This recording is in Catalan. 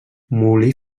molí